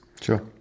sure